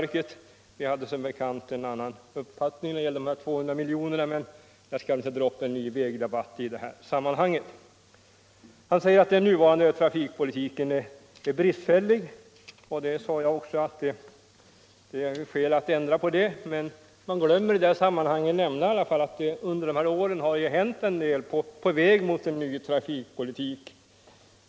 I utskottet hade Trafikpolitiken Trafikpolitiken vi som bekant en annan uppfattning om dessa 200 milj.kr.. men jag skall inte här ta upp en ny vägdebatt. Herr Gustafson sade att den nuvarande trafikpolitiken är bristfällig, och jag kan hålla med om att det finns skäl att ändra på den. Men han glömde att nämna att det under dessa år har hänt en hel del på väg mot en ny trafikpolitik.